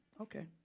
Okay